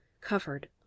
covered